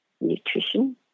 nutrition